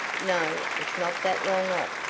no, it's not that long off,